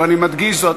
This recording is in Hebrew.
נתקבלה.